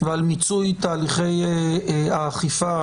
ועל מיצוי תהליכי האכיפה,